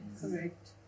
Correct